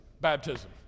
Baptism